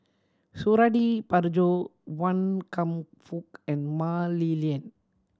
Suradi Parjo Wan Kam Fook and Mah Li Lian